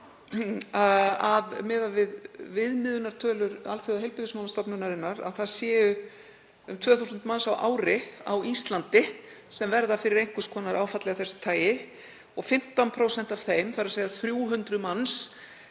við viðmiðunartölur Alþjóðaheilbrigðismálastofnunarinnar, að það séu um 2.000 manns á ári á Íslandi sem verða fyrir einhvers konar áfalli af þessu tagi og 15% af þeim, þ.e. 300 manns,